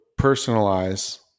personalize